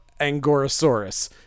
Angorosaurus